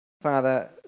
Father